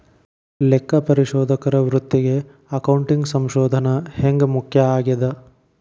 ಲೆಕ್ಕಪರಿಶೋಧಕರ ವೃತ್ತಿಗೆ ಅಕೌಂಟಿಂಗ್ ಸಂಶೋಧನ ಹ್ಯಾಂಗ್ ಮುಖ್ಯ ಆಗೇದ?